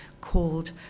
called